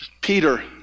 Peter